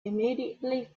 immediately